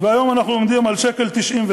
והיום אנחנו עומדים על 1.97 שקלים,